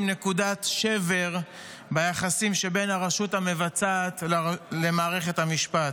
נקודת שבר ביחסים שבין הרשות המבצעת למערכת המשפט.